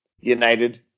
United